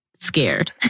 scared